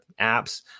apps